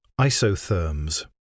Isotherms